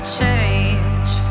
change